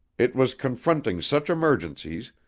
it was confronting such emergencies,